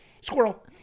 Squirrel